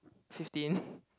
fifteen